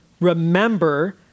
remember